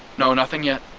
no, nothing yet